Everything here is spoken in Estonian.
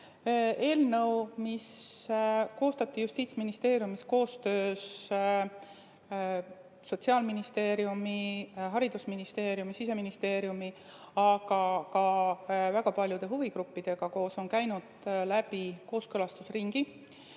Eelnõu, mis koostati Justiitsministeeriumis koostöös Sotsiaalministeeriumi, Haridus‑ ja Teadusministeeriumi, Siseministeeriumi, aga ka väga paljude huvigruppidega, on käinud läbi kooskõlastusringi.